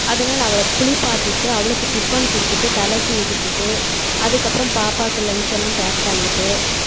அதனால் அவளை குளிப்பாட்டிட்டு அவளுக்கு டிஃபன் கொடுத்துட்டு தலை சீவி விட்டுவிட்டு அதுக்கப்புறம் பாப்பாவுக்கு லஞ்ச்செல்லாம் பேக் பண்ணிவிட்டு